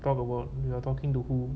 talk about you are talking to who